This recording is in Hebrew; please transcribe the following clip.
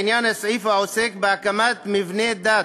לעניין הסעיף העוסק בהקמת מבני דת,